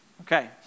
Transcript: Okay